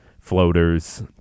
floaters